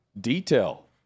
detail